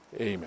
Amen